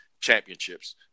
championships